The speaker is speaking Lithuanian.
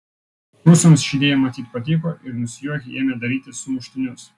rusams ši idėja matyt patiko ir nusijuokę ėmė daryti sumuštinius